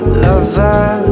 lover